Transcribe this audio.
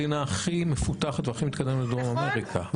המדינה הכי מפותחת והכי מתקדמת בדרום אמריקה,